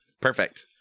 Perfect